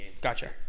Gotcha